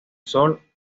sol